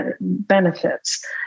benefits